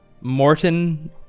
Morton